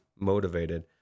motivated